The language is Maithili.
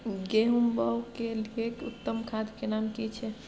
गेहूं बोअ के लिये उत्तम खाद के नाम की छै?